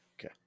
Okay